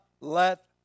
let